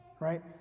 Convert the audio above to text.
Right